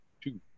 two